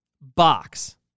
Box